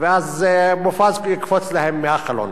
ואז מופז יקפוץ להם מהחלון.